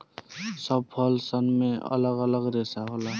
सब फल सन मे अलग अलग रेसा होला